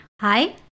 Hi